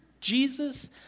Jesus